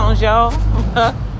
y'all